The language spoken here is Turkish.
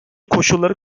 koşulları